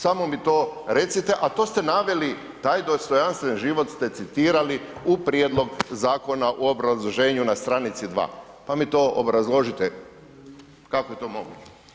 Samo mi to recite, a to ste naveli taj dostojanstven život ste citirali u prijedlog zakona u obrazloženju na stranici 2, pa mi to obrazložite kako je to moguće.